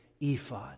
ephod